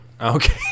Okay